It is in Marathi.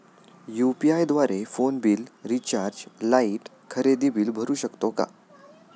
यु.पी.आय द्वारे फोन बिल, रिचार्ज, लाइट, खरेदी बिल भरू शकतो का?